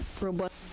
robust